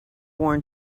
worn